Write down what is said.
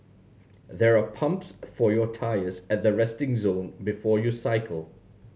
there are pumps for your tyres at the resting zone before you cycle